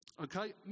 Okay